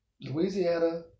Louisiana